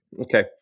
okay